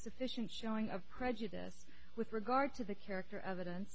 sufficient showing of prejudice with regard to the character evidence